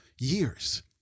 years